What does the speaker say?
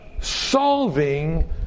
solving